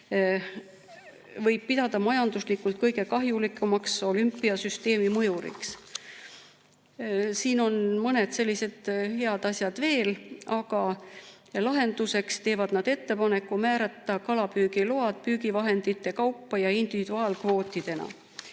võib pidada majanduslikult kõige kahjulikumaks olümpiasüsteemi mõjuriks. Siin on mõned sellised head asjad veel, aga lahenduseks teevad nad ettepaneku määrata kalapüügiload püügivahendite kaupa ja individuaalkvootidena.